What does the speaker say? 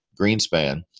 Greenspan